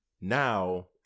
now